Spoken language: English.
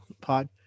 pod